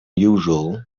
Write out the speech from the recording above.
usual